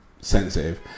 sensitive